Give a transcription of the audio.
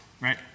right